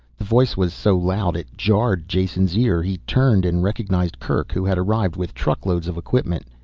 the voice was so loud it jarred jason's ear. he turned and recognized kerk, who had arrived with truckloads of equipment.